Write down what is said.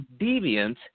deviant